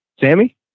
Sammy